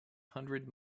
hundred